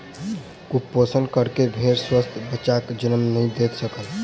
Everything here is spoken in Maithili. कुपोषणक कारणेँ भेड़ स्वस्थ बच्चाक जन्म नहीं दय सकल